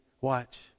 watch